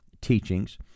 teachings